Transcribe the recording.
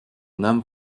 nam